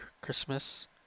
Christmas